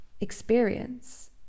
experience